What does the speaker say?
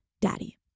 daddy